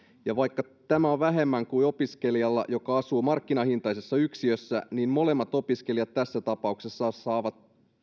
ja vaikka tämä on vähemmän kuin opiskelijalla joka asuu markkinahintaisessa yksiössä niin molemmat opiskelijat tässä tapauksessa saavat